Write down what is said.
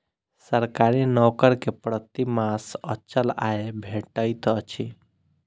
सरकारी नौकर के प्रति मास अचल आय भेटैत अछि